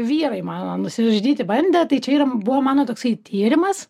vyrai mano nusižudyti bandę tai čia yra buvo mano toksai tyrimas